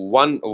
one